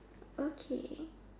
okay